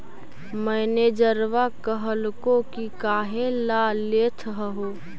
मैनेजरवा कहलको कि काहेला लेथ हहो?